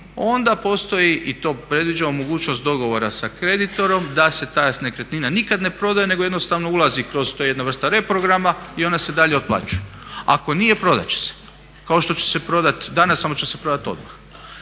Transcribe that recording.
onda postoji i to predviđamo mogućnost dogovora sa kreditorom da se ta nekretnina nikad ne prodaje, nego jednostavno ulazi kroz to je jedna vrsta reprograma i ona se dalje otplaćuje. Ako nije prodat će se, kao što će se prodati danas samo će se prodati odmah.